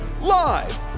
live